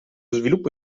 sviluppo